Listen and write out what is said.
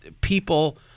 people